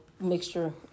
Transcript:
mixture